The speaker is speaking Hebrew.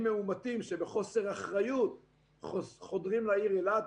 מאומתים שבחוסר אחריות חודרים לעיר אילת.